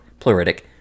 pleuritic